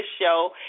show